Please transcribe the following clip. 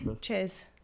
cheers